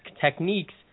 techniques